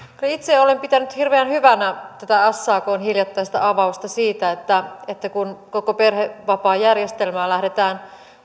itse olen pitänyt hirveän hyvänä tätä sakn hiljattaista avausta siitä että että kun koko perhevapaajärjestelmää lähdetään